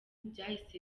byahise